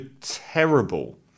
terrible